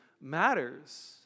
matters